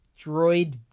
droid